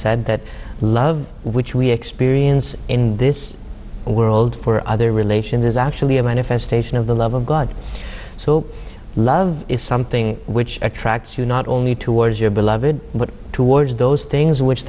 said that love which we experience in this world for other relations is actually a manifestation of the love of god so love is something which attracts you not only towards your beloved but towards those things which